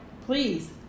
Please